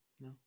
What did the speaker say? No